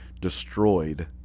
destroyed